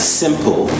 simple